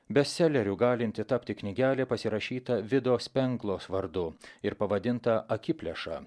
bestseleriu galinti tapti knygelė pasirašyta vido spenglos vardu ir pavadinta akiplėša